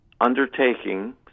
undertaking